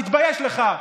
תתבייש לך.